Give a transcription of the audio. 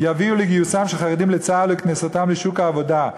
תביא לגיוסם של חרדים לצה"ל ולכניסתם לשוק העבודה.